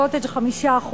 "קוטג'" 5%,